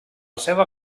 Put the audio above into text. seva